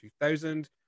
2000